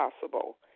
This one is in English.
possible